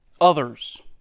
others